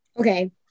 Okay